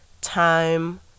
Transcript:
time